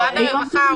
משרד הרווחה ערוך מאוד.